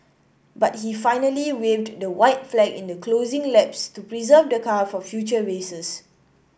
but he finally waved the white flag in the closing laps to preserve the car for future races